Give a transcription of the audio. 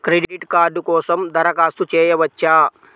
Credit card కోసం దరఖాస్తు చేయవచ్చా?